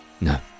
No